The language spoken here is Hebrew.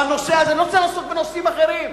בנושא הזה, אני לא רוצה לעסוק בנושאים אחרים,